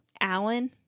alan